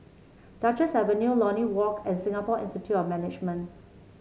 Duchess Avenue Lornie Walk and Singapore Institute of Management